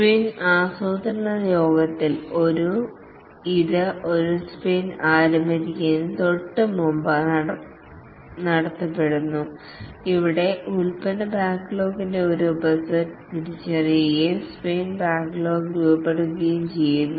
sprint ആസൂത്രണ യോഗത്തിൽ ഇത് ഒരു സ്പ്രിന്റ് ആരംഭിക്കുന്നതിന് തൊട്ടുമുമ്പ് നടത്തപ്പെടുന്നു ഇവിടെ പ്രോഡക്ട് ബാക്ക്ലോഗിന്റെ ഒരു ഉപസെറ്റ് തിരിച്ചറിയുകയും സ്പ്രിന്റ് ബാക്ക്ലോഗ് രൂപപ്പെടുകയും ചെയ്യുന്നു